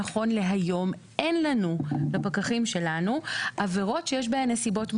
אין לפקחים שלנו עבירות שיש בהן נסיבות מחמירות,